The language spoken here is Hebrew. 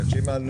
התחילה.